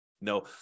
No